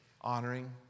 honoring